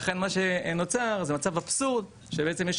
לכן מה שנוצר זה דבר אבסורד שבעצם יש